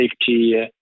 safety